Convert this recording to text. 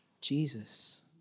Jesus